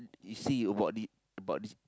you see about this about this